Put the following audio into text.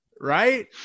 right